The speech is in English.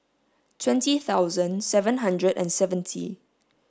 twenty thousand seven hundred and seventy